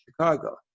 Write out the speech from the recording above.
Chicago